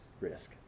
risk